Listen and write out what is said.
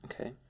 Okay